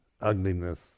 ugliness